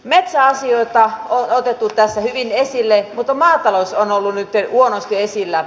metsäasioita on otettu tässä hyvin esille mutta maatalous on ollut nytten huonosti esillä